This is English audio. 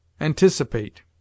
Anticipate